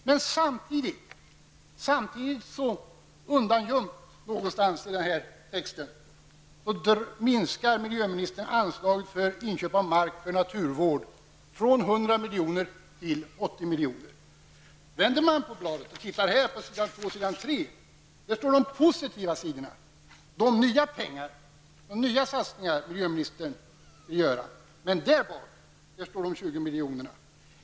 Men undangömt någonstans i texten minskar miljöministern anslaget för inköp av mark för naturvård från 100 miljoner till 80 miljoner. På de första sidorna står det om de nya satsningar som miljöministern vill göra, men längre bak står det om en minskning på 20 miljoner.